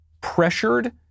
pressured